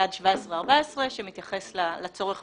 יעד 17,14 שמתייחס לצורך